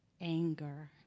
Anger